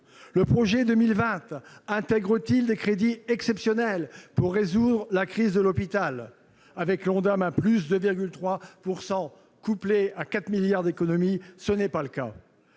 Le projet 2020 intègre-t-il des crédits exceptionnels pour résoudre la crise de l'hôpital ? Avec un Ondam à 2,3 % couplé à 4 milliards d'euros d'économies, ce n'est pas le cas